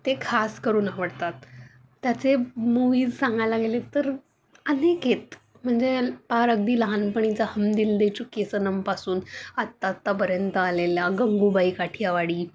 ते खासकरून आवडतात त्याचे मूवीज सांगायला गेले तर अनेक आहेत म्हणजे पार अगदी लहानपणीचा हम दिल दे चुके सनमपासून आत्ता आत्तापर्यंत आलेला गंगूबाई काठियावाडी